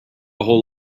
whole